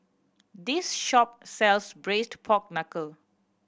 this shop sells Braised Pork Knuckle